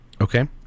Okay